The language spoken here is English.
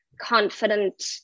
confident